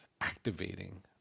activating